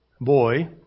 boy